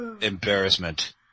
Embarrassment